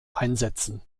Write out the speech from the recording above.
einsetzen